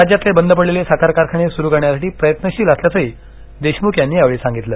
राज्यातले बंद पडलेले साखर कारखाने सुरू करण्यासाठी प्रयत्रशील वसल्याचंही देशमुख यांनी सांगितलं